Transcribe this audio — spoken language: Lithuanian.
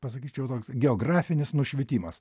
pasakyčiau toks geografinis nušvitimas